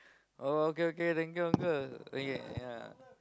oh okay okay thank you uncle okay yeah